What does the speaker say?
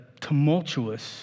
tumultuous